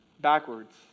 Backwards